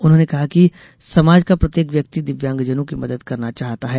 उन्होंने कहा कि समाज का प्रत्येक व्यक्ति दिव्यांगजनों की मदद करना चाहता है